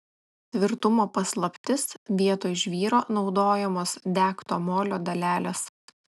tvirtumo paslaptis vietoj žvyro naudojamos degto molio dalelės